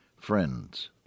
friends